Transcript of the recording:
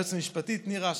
ליועצת המשפטית נירה,